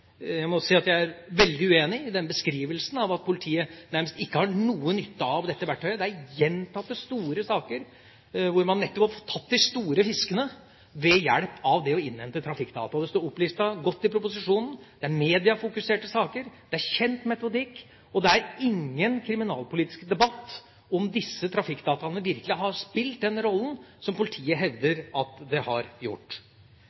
Jeg må si jeg er veldig uenig i representanten Trine Skei Grandes beskrivelse av at politiet nærmest ikke har noen nytte av dette verktøyet. I gjentatte, store saker har man nettopp fått tatt de store fiskene ved hjelp av å innhente trafikkdata. Det står godt opplistet i proposisjonen, det er mediefokuserte saker, det er kjent metodikk, og det er ingen kriminalpolitisk debatt om disse trafikkdataene virkelig har spilt den rollen som politiet hevder at de har gjort.